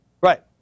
Right